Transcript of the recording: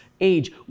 age